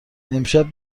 امشب